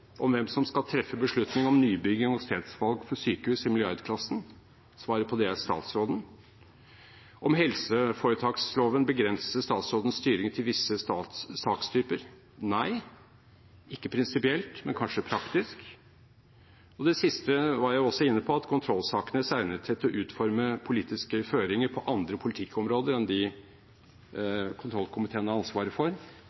om hvem som skal treffe beslutning om nybygging og stedsvalg for sykehus i milliardklassen, er svaret: statsråden. Om helseforetaksloven begrenser statsråden styring til visse sakstyper: Nei, ikke prinsipielt, men kanskje praktisk. Og det siste var jeg også inne på, at kontrollsakenes egnethet til å utforme politiske føringer på andre politikkområder enn de kontrollkomiteen har ansvaret for,